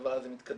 הדבר הזה מתקדם.